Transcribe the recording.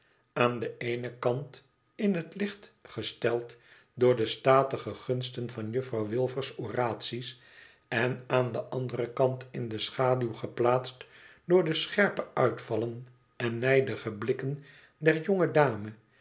aan den eenen kant in het licht gesteld door de statige gunsten van juffrouw wilfer's oraties en aan den anderen kant in de schaduw geplaatst door de scherpe uitvallen en nijdige blikken der